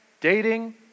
dating